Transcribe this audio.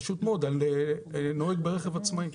על נוהג ברכב עצמאי.